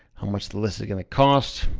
how much the list is gonna cost,